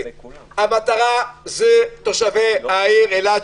המטרה היא תושבי העיר אילת,